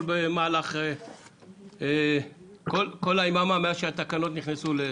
במהלך כל היממה מאז שהתקנות נכנסו לתוקף?